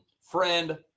friend